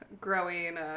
Growing